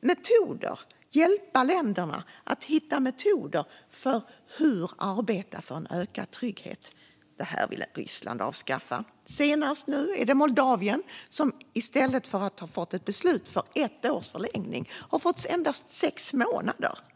metoder. Det handlar om att hjälpa länderna att hitta metoder för hur de ska arbeta för en ökad trygghet. Det ville Ryssland avskaffa. Nu senast är det Moldavien som i stället för att ha fått ett beslut om ett års förlängning endast har fått sex månader.